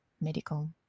medical